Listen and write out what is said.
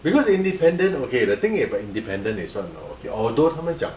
because the independent okay the thing about independent is what you know although 他们讲